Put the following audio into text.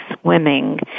swimming